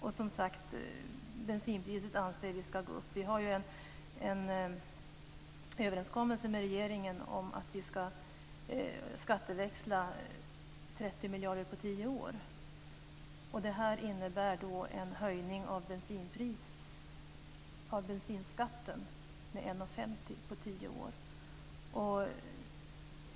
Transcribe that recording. Vi anser att bensinpriset ska höjas. Vi har ju en överenskommelse med regeringen om att vi ska skatteväxla 30 miljarder på tio år. Det innebär en höjning av bensinskatten med 1:50 på tio år.